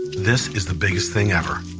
this is the biggest thing ever.